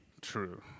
true